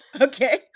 Okay